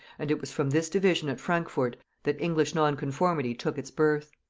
and it was from this division at frankfort that english nonconformity took its birth.